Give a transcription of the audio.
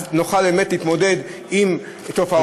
אז נוכל באמת להתמודד עם תופעות כאלה.